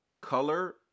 color